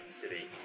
City